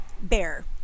bear